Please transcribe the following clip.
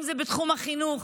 אם זה בתחום החינוך,